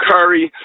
Curry